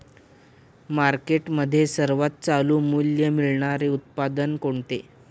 मार्केटमध्ये सर्वात चालू मूल्य मिळणारे उत्पादन कोणते?